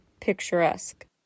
Picturesque